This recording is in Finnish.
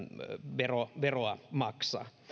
veroa veroa maksaa